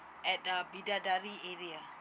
at uh bidadari area